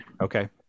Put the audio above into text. okay